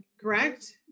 correct